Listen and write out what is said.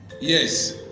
Yes